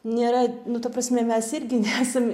nėra nu ta prasme mes irgi nesam